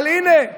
אבל הינה,